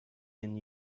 been